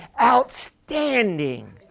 Outstanding